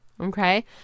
Okay